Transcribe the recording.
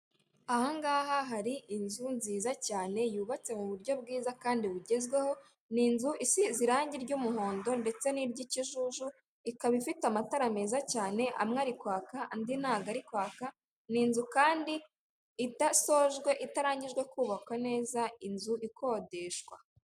Aha ngaha hari inzu nziza cyane yubatse mu buryo bwiza kandi bugezweho, ni inzu isize irangi ry'umuhondo ndetse n'iry'ikijuju, ikaba ifite amatara meza cyane, amwe ari kwaka andi ntabwo ari kwaka, ni inzu kandi idasojwe, itarangijwe kubakwa neza inzu ikodeshwa.